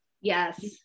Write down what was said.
yes